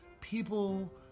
people